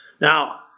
Now